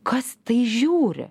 kas tai žiūri